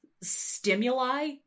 stimuli